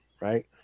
right